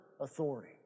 authority